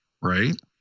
right